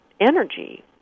energy